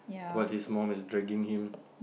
but he's mum is dragging him